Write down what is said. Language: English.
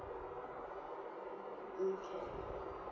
mm K